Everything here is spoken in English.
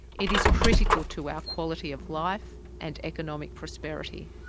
it is critical to our quality of life and economic prosperity.